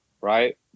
right